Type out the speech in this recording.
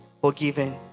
forgiven